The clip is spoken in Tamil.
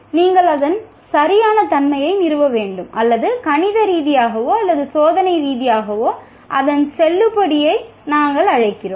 நீங்கள் அதன் சரியான தன்மையை நிறுவ வேண்டும் அல்லது கணித ரீதியாகவோ அல்லது சோதனை ரீதியாகவோ அதன் செல்லுபடியை நாங்கள் அழைக்கிறோம்